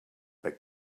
but